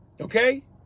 okay